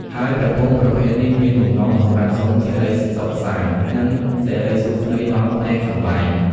ហើយព្រះភូមិប្រភេទនេះមានបំណងសម្រាប់សុំសេចក្តីសុខសាន្ត និងសិរីសួស្តីដល់ផ្ទះសម្បែង។